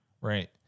right